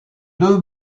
deux